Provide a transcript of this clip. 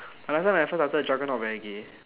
last time when I first started dragon lord very gay